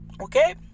okay